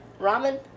ramen